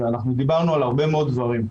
ואנחנו דיברנו על הרבה מאוד דברים.